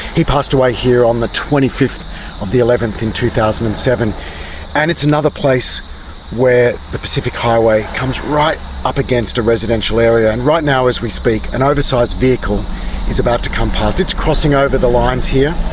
he passed away here on the twenty five november like and two thousand and seven and it's another place where the pacific highway comes right up against a residential area. and right now as we speak, an oversized vehicle is about to come past. it's crossing over the lines here.